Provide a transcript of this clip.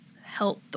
health